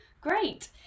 great